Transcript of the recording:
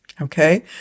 Okay